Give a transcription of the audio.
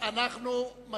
43 בעד, 64 נגד, אין נמנעים.